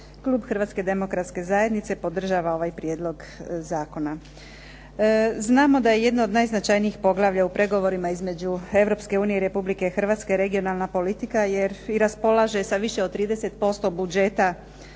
Hrvatske demokratske zajednice podržava ovaj prijedlog zakona. Znamo da je jedno od najznačajnijih poglavlja u pregovorima između Europske unije i Republike Hrvatske regionalna politika, jer i raspolaže sa više od 30% budžeta